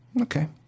Okay